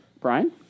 Brian